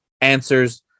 answers